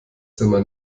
zimmer